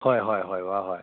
ꯍꯣꯏ ꯍꯣꯏ ꯍꯣꯏ ꯕꯕꯥ ꯍꯣꯏ